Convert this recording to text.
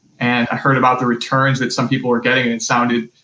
and i heard about the returns that some people were getting, and it sounded,